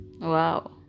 wow